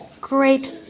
great